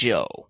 Joe